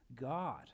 God